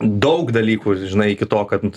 daug dalykų žinai iki to kad